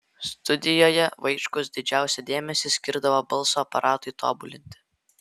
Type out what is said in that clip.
studijoje vaičkus didžiausią dėmesį skirdavo balso aparatui tobulinti